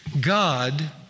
God